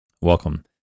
Welcome